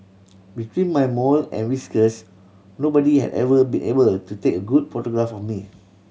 between my mole and whiskers nobody had ever been able to take a good photograph of me